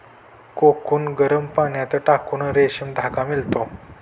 cocoon गरम पाण्यात टाकून रेशीम धागा मिळतो